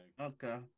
Okay